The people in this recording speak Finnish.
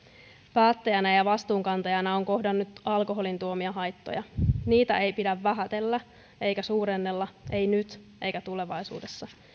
päättäjänä ja vastuunkantajana olen kohdannut alkoholin tuomia haittoja niitä ei pidä vähätellä eikä suurennella ei nyt eikä tulevaisuudessa